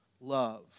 love